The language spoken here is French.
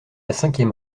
cinquième